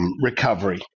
recovery